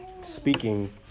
speaking